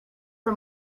for